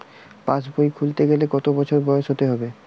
পাশবই খুলতে গেলে কত বছর বয়স হতে হবে?